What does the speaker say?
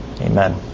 Amen